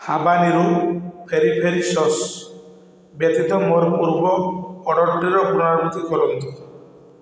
habanero ଫେରି ଫେରି sauce ବ୍ୟତୀତ ମୋର ପୂର୍ବ ଅର୍ଡ଼ର୍ଟିର ପୁନରାବୃତ୍ତି କରନ୍ତୁ